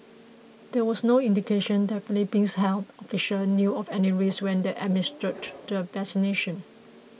there was no indication that Philippines health officials knew of any risks when they administered the vaccination